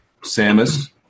Samus